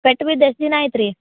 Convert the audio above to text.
ಪೆಟ್ಟು ಬಿದ್ದು ಎಷ್ಟು ದಿನ ಆಯ್ತು ರೀ